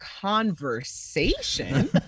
conversation